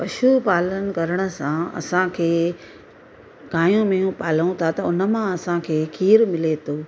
पशुपालन करण सां असांखे गायूं मेंहिंयूं पालूं था त उनमां असांखे खीर मिले थो